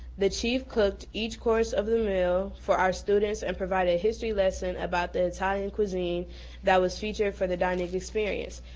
chef cooked each course of the meal for our students and provided a history lesson about the italian cuisine that was featured for the dining experience.